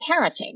parenting